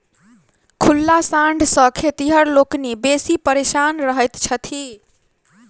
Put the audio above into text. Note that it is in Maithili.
खुल्ला साँढ़ सॅ खेतिहर लोकनि बेसी परेशान रहैत छथि